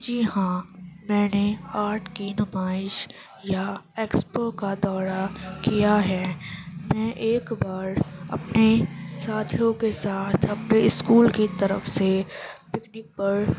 جی ہاں میں نے آرٹ کی نمائش یا ایکسپو کا دورہ کیا ہے میں ایک بار اپنے ساتھیوں کے ساتھ اپنے اسکول کی طرف سے پکنک پر